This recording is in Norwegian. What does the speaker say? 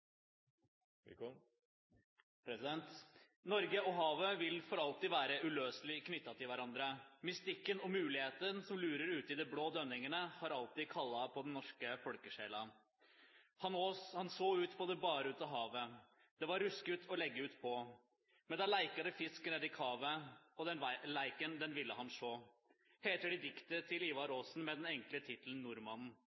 Norge og havet vil for alltid være uløselig knyttet til hverandre. Mystikken og mulighetene som lurer ute i de blå dønningene, har alltid kalt på den norske folkesjela. «Han saag ut paa det baarutte Havet; der var ruskutt aa leggja ut paa; men der leikade Fisk ned i Kavet, og den Leiken den vilde han sjaa.» Slik heter det i diktet til Ivar